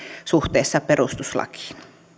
suhteessa perustuslakiin